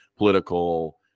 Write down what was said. political